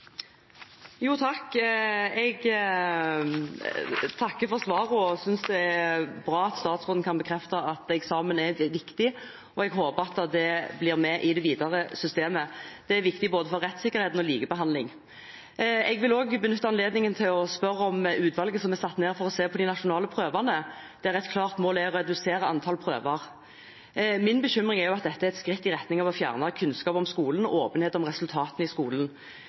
Jeg takker for svaret og synes det er bra at statsråden kan bekrefte at eksamen er viktig. Jeg håper det blir med i det videre systemet. Det er viktig både for rettssikkerheten og for likebehandling. Jeg vil også benytte anledningen til å stille et spørsmål om utvalget som er satt ned for å se på de nasjonale prøvene, der et klart mål er å redusere antall prøver. Min bekymring er at dette er et skritt i retning av å fjerne kunnskap om skolen og åpenhet om resultatene i skolen.